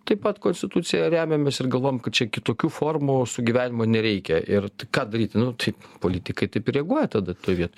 taip pat konstitucija remiamės ir galvojam kad čia kitokių formų sugyvenimo nereikia ir tai ką daryti nu tai politikai taip ir reaguoja tada toj viet